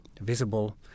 visible